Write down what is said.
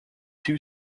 two